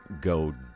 go